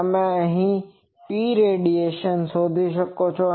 તેથી તમે Prad શોધી શકો છો